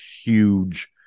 huge